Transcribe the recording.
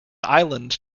island